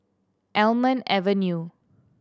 Almond Avenue